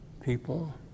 people